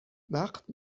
وقت